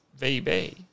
VB